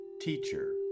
teacher